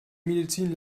medizin